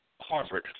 Harvard